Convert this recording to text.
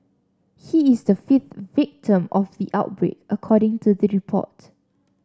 he is the fifth victim of the outbreak according to the report